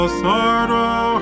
sorrow